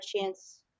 chance